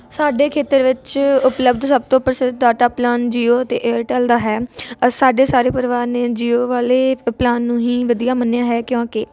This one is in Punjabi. ਸਾਡੇ ਖੇਤਰ ਵਿੱਚ ਉਪਲਬੱਧ ਸਭ ਤੋਂ ਪ੍ਰਸਿੱਧ ਡਾਟਾ ਪਲਾਨ ਜੀਓ ਅਤੇ ਏਅਰਟੈੱਲ ਦਾ ਹੈ ਸਾਡੇ ਸਾਰੇ ਪਰਿਵਾਰ ਨੇ ਜੀਓ ਵਾਲੇ ਪਲਾਨ ਨੂੰ ਹੀ ਵਧੀਆ ਮੰਨਿਆ ਹੈ ਕਿਉਂਕਿ